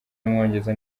w’umwongereza